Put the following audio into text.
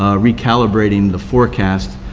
ah recalibrating the forecast,